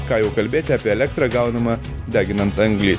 ką jau kalbėti apie elektrą gaunamą deginant anglį